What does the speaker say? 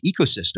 ecosystem